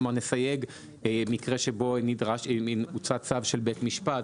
כלומר נסייג מקרה שבו הוצא צו של בית משפט.